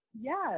Yes